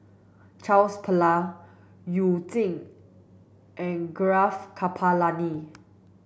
Charles Paglar You Jin and Gaurav Kripalani